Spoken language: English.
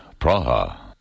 Praha